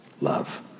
love